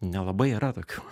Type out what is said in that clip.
nelabai yra tokių